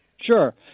sure